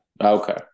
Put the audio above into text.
Okay